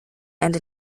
and